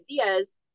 ideas